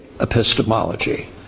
epistemology